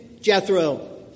Jethro